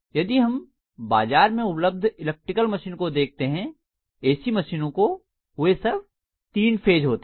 यदि हम बाजार मैं उपलब्ध इलेक्ट्रिकल मशीनों को देखते हैं ऐ सी मशीनों को वे सब तीन फेज होते हैं